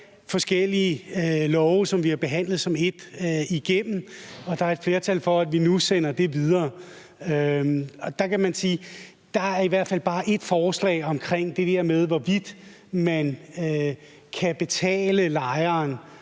forskellige lovforslag, som vi har behandlet som et, igennem, og der er et flertal for, at vi nu sender det videre. Og der kan man sige, at i forhold til bare et forslag om det her med, hvorvidt man kan betale lejeren